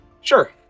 Sure